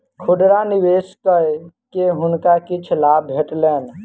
खुदरा निवेश कय के हुनका किछ लाभ भेटलैन